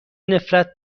نفرت